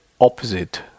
opposite